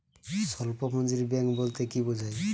স্বল্প পুঁজির ব্যাঙ্ক বলতে কি বোঝায়?